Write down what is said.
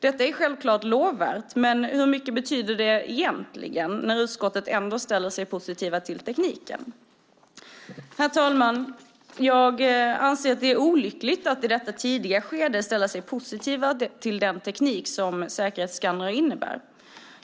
Detta är självklart lovvärt. Men hur mycket betyder det egentligen när utskottet ändå ställer sig positivt till tekniken? Herr talman! Jag anser att det är olyckligt att i detta tidiga skede ställa sig positiv till den teknik som säkerhetsskannrar innebär.